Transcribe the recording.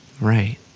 Right